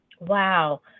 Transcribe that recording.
Wow